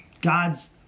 God's